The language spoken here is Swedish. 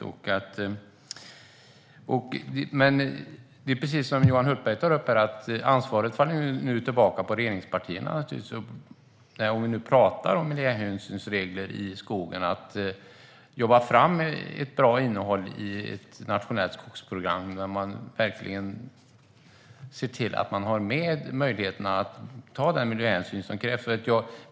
Om vi nu pratar om miljöhänsynsregler i skogen faller ansvaret, precis som Johan Hultberg tog upp, naturligtvis tillbaka på regeringspartierna att jobba fram ett bra innehåll i ett nationellt skogsprogram där man verkligen ser till att få med möjligheter att ta den miljöhänsyn som krävs.